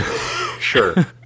sure